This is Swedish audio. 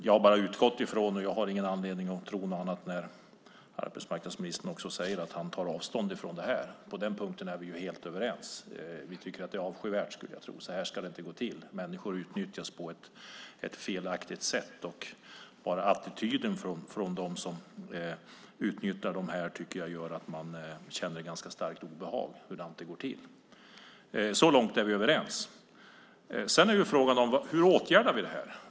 Jag har bara utgått ifrån, och jag har ingen anledning att tro något annat, att arbetsmarknadsministern, som han säger, tar avstånd från detta. På den punkten är vi helt överens. Vi tycker att det är avskyvärt, skulle jag tro. Så här ska det inte gå till. Människor utnyttjas på ett felaktigt sätt. Attityden från dem som utnyttjar dem gör att man känner ett starkt obehag över hur det går till. Så långt är vi överens. Frågan är hur vi åtgärdar detta.